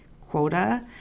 quota